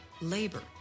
labor